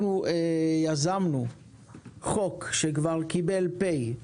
אנחנו יזמנו חוק שכבר קיבל מספר (פ),